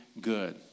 good